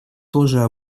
тоже